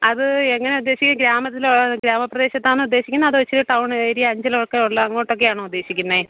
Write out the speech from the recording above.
അത് എങ്ങനെയാണ് ചേച്ചി ഗ്രാമത്തിലോ ഗ്രാമപ്രദേശത്താണോ ഉദ്ദേശിക്കുന്നത് ഇച്ചിരി ടൗണ് ഏരിയ അഞ്ചലുവൊക്കെ ഉള്ളത് അങ്ങോട്ടൊക്കെയാണോ ഉദ്ദേശിക്കുന്നത്